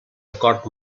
acord